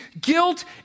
guilt